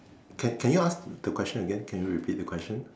can can you ask the question again can you repeat the question